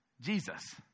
Jesus